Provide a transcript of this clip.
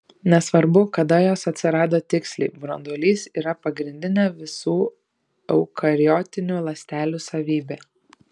nesvarbu kada jos atsirado tiksliai branduolys yra pagrindinė visų eukariotinių ląstelių savybė